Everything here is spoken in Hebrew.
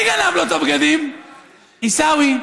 עיסאווי,